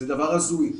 זה דבר הזוי.